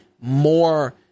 more